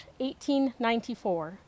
1894